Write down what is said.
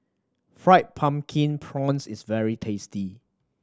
Fried Pumpkin Prawns is very tasty